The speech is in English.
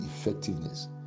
effectiveness